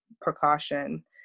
precaution